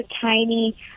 tiny